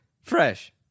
Fresh